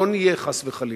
לא נהיה, חס וחלילה.